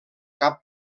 cap